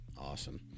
Awesome